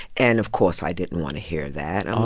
and, of course, i didn't want to hear that. i'm